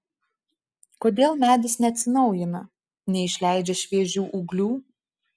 kodėl medis neatsinaujina neišleidžia šviežių ūglių